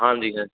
ਹਾਂਜੀ ਹਾਂਜੀ